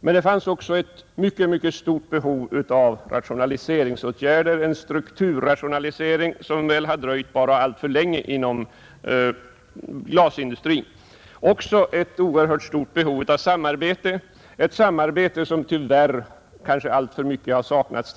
Men det fanns också ett mycket stort behov av rationaliseringsåtgärder och av en strukturrationalisering, som bara har dröjt alltför länge inom glasindustrin, och ett oerhört behov av samarbete, som man tidigare tyvärr saknat i hög grad.